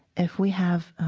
if we have